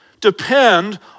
Depend